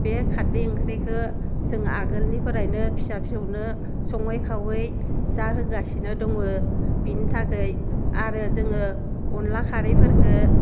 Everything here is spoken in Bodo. बे खारदै ओंख्रिखो जों आगोलनिफ्रायनो फिसा फिसौनो सङै खावै जाहोगासिनो दङो बिनि थाखै आरो जोङो अनद्ला खारैफोरखो